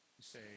say